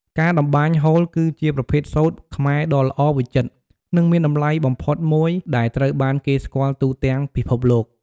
ការតម្បាញហូល គឺជាប្រភេទសូត្រខ្មែរដ៏ល្អវិចិត្រ និងមានតម្លៃបំផុតមួយ ដែលត្រូវបានគេស្គាល់ទូទាំងពិភពលោក។